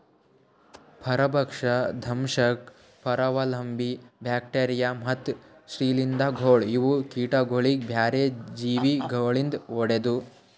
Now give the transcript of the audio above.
ಪರಭಕ್ಷ, ದಂಶಕ್, ಪರಾವಲಂಬಿ, ಬ್ಯಾಕ್ಟೀರಿಯಾ ಮತ್ತ್ ಶ್ರೀಲಿಂಧಗೊಳ್ ಇವು ಕೀಟಗೊಳಿಗ್ ಬ್ಯಾರೆ ಜೀವಿ ಗೊಳಿಂದ್ ಹೊಡೆದು